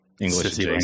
English